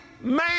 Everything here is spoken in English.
man